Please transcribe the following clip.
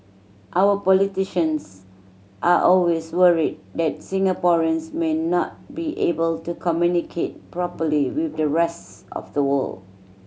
our politicians are always worried that Singaporeans may not be able to communicate properly with the rest of the world